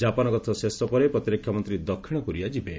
Japan ଗସ୍ତ ଶେଷ ପରେ ପ୍ରତିରକ୍ଷା ମନ୍ତ୍ରୀ ଦକ୍ଷିଣ କୋରିଆ ଯିବେ